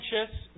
anxious